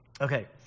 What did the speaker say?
Okay